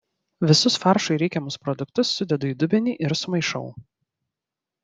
visus faršui reikiamus produktus sudedu į dubenį ir sumaišau